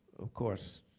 of course,